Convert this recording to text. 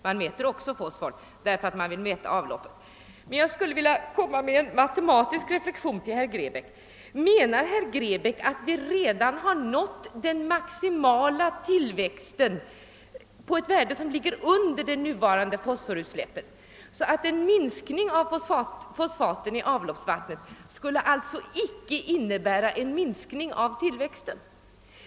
Man undersöker också fosfathalten därför att man vill mäta avloppsreningens effekt. Låt mig ställa en fråga. Menar herr Grebäck att vi redan har nått den maximala tillväxten vid ett värde som ligger så långt under det nuvarande fosforutsläppet, att en minskning av fosfaten i avloppsvattnet inte skulle innebära en minskning av tillväxten?